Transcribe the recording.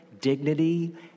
dignity